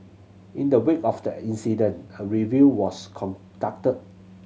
in the wake of the incident a review was conducted